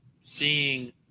seeing